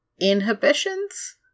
inhibitions